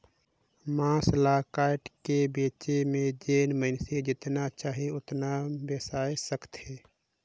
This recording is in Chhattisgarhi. मांस ल कायट के बेचे में जेन मइनसे जेतना चाही ओतना बेसाय सकथे